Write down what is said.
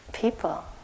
people